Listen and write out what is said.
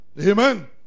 Amen